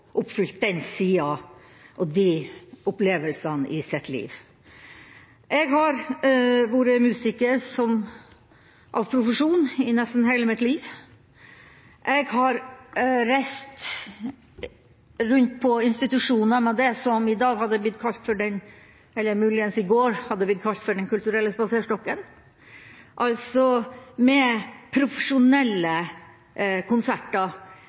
den siden, og få de opplevelsene i sitt liv. Jeg har vært musiker av profesjon i nesten hele mitt liv. Jeg har reist rundt på institusjoner med det som i dag – eller muligens i går – ville blitt kalt Den kulturelle spaserstokken, altså med profesjonelle konserter